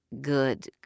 Good